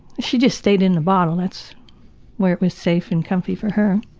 she just stayed in a bottle. that's where it was safe and comfy for her.